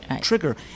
trigger